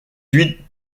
huit